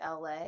LA